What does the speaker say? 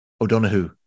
O'Donoghue